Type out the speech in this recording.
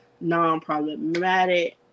non-problematic